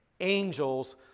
angels